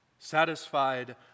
Satisfied